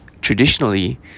traditionally